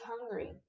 hungry